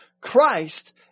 Christ